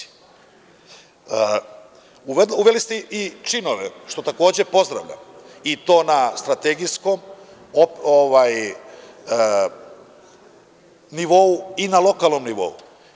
Uveli ste i činove, što takođe pozdravljam, i to na strategijskom nivou i na lokalnom nivou.